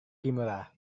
kimura